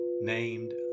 named